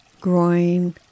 groin